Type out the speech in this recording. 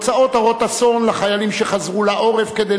תוצאות הרות אסון לחיילים שחזרו לעורף כדי